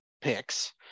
picks